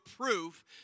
proof